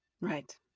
right